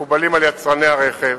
מקובלים על יצרני הרכב,